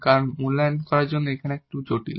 কারণ এখানে মূল্যায়ন করার জন্য এটি একটু জটিল